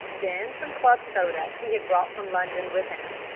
then some club soda he had brought from london with him.